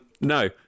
no